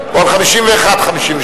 או על 51 52?